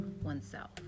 oneself